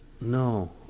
No